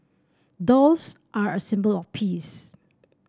doves are a symbol of peace